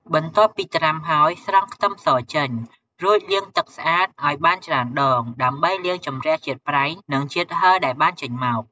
បន្ទាប់ពីត្រាំហើយ ស្រង់ខ្ទឹមសចេញ រួចលាងទឹកស្អាតឲ្យបានច្រើនដង ដើម្បីលាងជម្រះជាតិប្រៃ និងជាតិហឹរដែលបានចេញមក។